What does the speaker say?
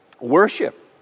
worship